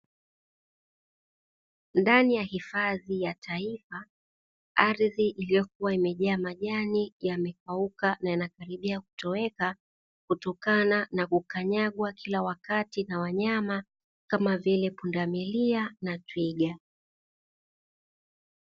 Ndani ya hifadhi ya taifa, ardhi iliyokua imejaa majani yamekauka na yamekaribia kutoweka kutokana na kukanyagwa kila wakati na wanyama kama vile pundamilia na twiga.